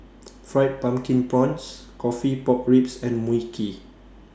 Fried Pumpkin Prawns Coffee Pork Ribs and Mui Kee